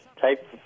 type